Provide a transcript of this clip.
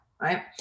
right